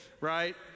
right